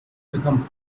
become